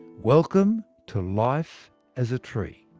welcome to life as a tree.